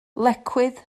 lecwydd